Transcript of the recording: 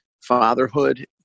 fatherhood